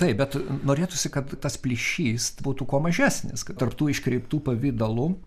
taip bet norėtųsi kad tas plyšys būtų kuo mažesnis kad tarp tų iškreiptų pavidalų